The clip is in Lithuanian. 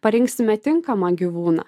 parinksime tinkamą gyvūną